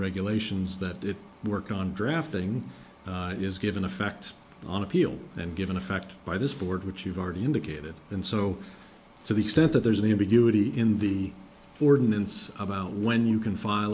regulations that work on drafting is given a fact on appeal and given a fact by this board which you've already indicated and so to the extent that there's an ambiguity in the ordinance about when you can fi